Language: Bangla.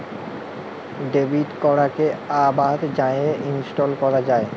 ডেবিট কাড়কে আবার যাঁয়ে হটলিস্ট ক্যরা যায়